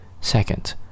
Second